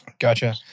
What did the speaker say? Gotcha